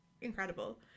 incredible